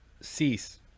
Cease